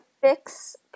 fix